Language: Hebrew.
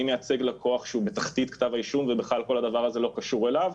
מייצג לקוח שהוא בתחתית כתב האישום ובכלל כל הדבר הזה לא קשור אליו,